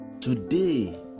Today